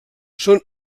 són